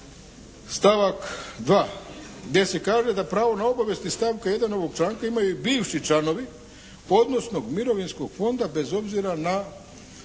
stavak 2. gdje se kaže da pravo na obavijesti iz stavka 1. ovog članka imaju i bivši članovi odnosno mirovinskog fonda bez obzira na